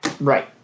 Right